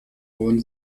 wurden